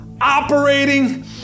operating